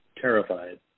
terrified